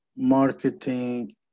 marketing